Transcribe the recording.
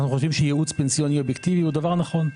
אנחנו חושבים שייעוץ פנסיוני אובייקטיבי הוא דבר נכון.